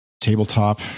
tabletop